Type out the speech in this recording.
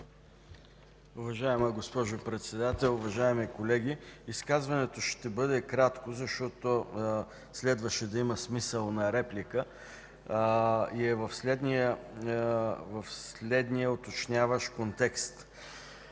Уважаема госпожо Председател, уважаеми колеги! Изказването ми ще бъде кратко, защото следваше да има смисъл на реплика и е в следния уточняващ контекст